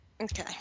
Okay